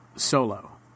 Solo